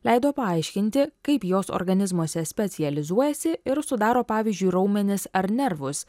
leido paaiškinti kaip jos organizmuose specializuojasi ir sudaro pavyzdžiui raumenis ar nervus